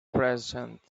present